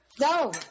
No